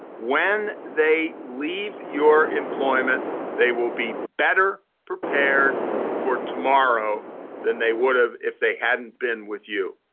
when they leave your employment they will be better prepared for tomorrow than they would have if they hadn't been with you